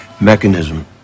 mechanism